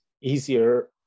easier